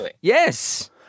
Yes